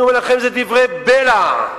אני אומר לכם, זה דברי בלע.